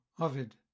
Ovid